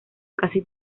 casi